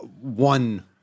one